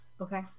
Okay